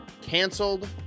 canceled